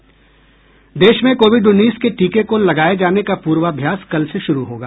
देश में कोविड उन्नीस के टीके को लगाए जाने का पूर्वाभ्यास कल से शुरू होगा